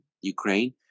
ukraine